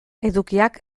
edukiak